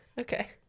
Okay